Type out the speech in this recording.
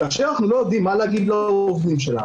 כאשר אנחנו לא יודעים מה להגיד לעובדים שלנו,